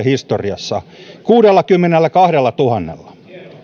historiassa kuudellakymmenelläkahdellatuhannella